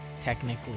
technically